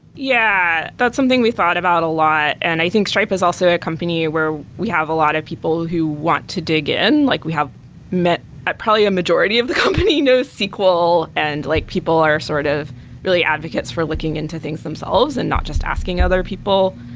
yeah, that's something we thought about a lot, and i think stripe is also a company where we have a lot of people who want to dig in. like we have met probably a majority of the company nosql and like people are sort of really advocates for looking into things themselves and not just asking other people.